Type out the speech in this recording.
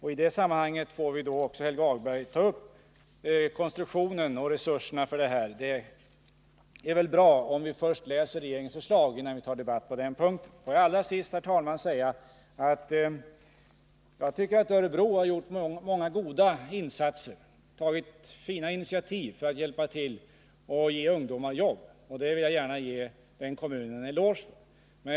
I det sammanhanget får vi också ta upp konstruktionen av och resurserna för Örebroprojektet. Det är väl bra om vi läser regeringens förslag innan vi tar en debatt på den punkten. Allra sist vill jag, herr talman, säga att Örebro kommun har gjort många goda insatser och tagit fina initiativ för att ge ungdomar jobb. Det vill jag gärna ge den kommunen en eloge för.